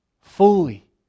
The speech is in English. Fully